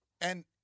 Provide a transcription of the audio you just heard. And-